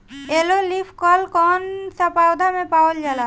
Yellow leaf curl कौन सा पौधा में पावल जाला?